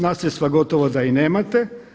Nasljedstva gotovo da i nemate.